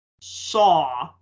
saw